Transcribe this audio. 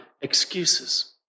excuses